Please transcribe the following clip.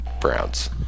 Browns